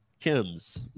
Kim's